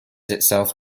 itself